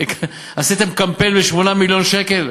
עשיתם קמפיין ב-8 מיליון שקל?